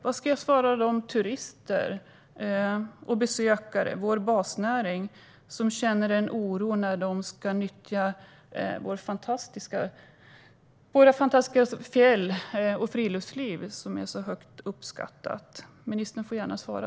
Vad ska jag svara de turister och besökare, vår basnäring, som känner en oro när de ska nyttja våra fantastiska fjäll och vårt fantastiska friluftsliv, som är så högt uppskattade? Ministern får gärna svara.